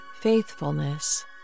faithfulness